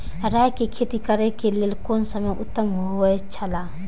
राय के खेती करे के लेल कोन समय उत्तम हुए छला?